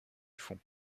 fonds